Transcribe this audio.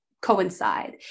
coincide